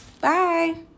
Bye